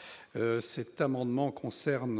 l'amendement n° 54 rectifié .